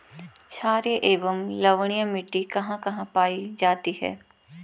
छारीय एवं लवणीय मिट्टी कहां कहां पायी जाती है?